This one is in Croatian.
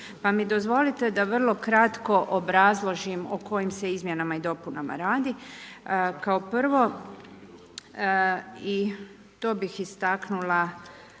Pa mi dozvolite da vrlo kratko obrazložim o kojim se izmjena i dopunama radi. Kao prvo, i to bih istaknula